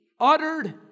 uttered